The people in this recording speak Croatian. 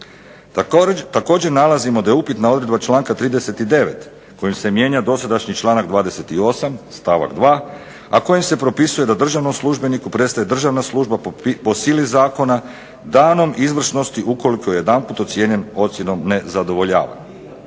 Također nalazimo da je upitna odredba članka 39. kojim se mijenja dosadašnji članak 28. stavak 2., a kojim se propisuje da državnom službeniku prestaje državna služba po sili zakona danom izvršnosti ukoliko je jedanput ocijenjen ocjenom "ne zadovoljava".